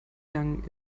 lang